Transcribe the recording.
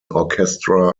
orchestra